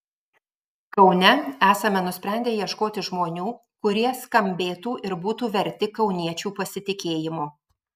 kaune esame nusprendę ieškoti žmonių kurie skambėtų ir būtų verti kauniečių pasitikėjimo